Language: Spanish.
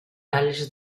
tales